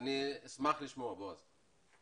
אשמח לשמוע, בועז.